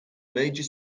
major